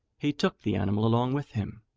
he took the animal along with him.